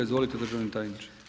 Izvolite državni tajniče.